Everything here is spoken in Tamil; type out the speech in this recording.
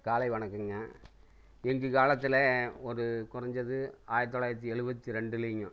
காலை வணக்கங்க எங்கள் காலத்தில் ஒரு கொறைஞ்சது ஆயிரத் தொள்ளாயிரத்தி எழுபத்தி ரெண்டுலைங்கோ